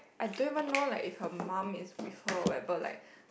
I don't even know like if her mum is with her or whatever like